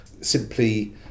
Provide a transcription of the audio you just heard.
simply